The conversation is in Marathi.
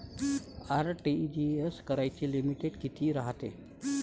आर.टी.जी.एस कराची लिमिट कितीक रायते?